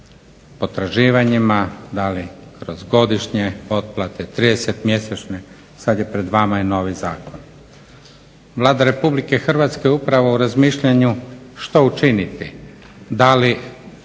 potraživanjima, da li kroz godišnje otplate, 30 mjesečne, sad je pred vama novi zakon. Vlada Republike Hrvatske upravo je u razmišljanju što učiniti, da li